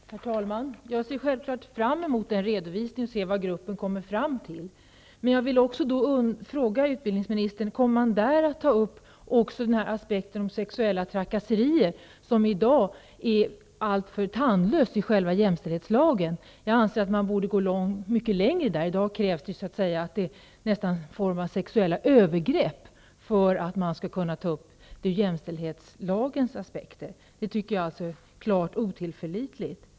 Herr talman! Jag ser självfallet fram mot den redovisningen för att se vad gruppen kommer fram till. Men jag vill också fråga utbildningsministern om man där också kommer att ta upp aspekten om sexuella trakasserier. I dag är jämställdhetslagen alltför tandlös på den punkten. Jag anser att man borde gå mycket längre där. I dag krävs det nästan att det är en form av sexuella övergrepp för att man skall kunna ta upp det ur jämställdhetslagens aspekter. Jag tycker att det är klart otillförlitligt.